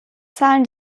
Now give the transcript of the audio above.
zahlen